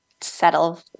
settle